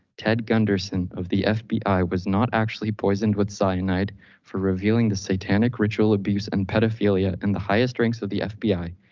ted gunderson of the fbi was not actually poisoned with cyanide for revealing the satanic ritual abuse and pedophilia in the highest ranks of the fbi.